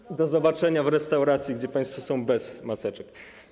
Do zobaczenia w restauracji, gdzie państwo są bez maseczek.